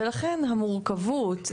ולכן המורכבות,